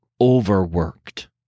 overworked